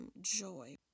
joy